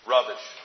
Rubbish